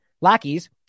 lackeys